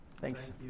Thanks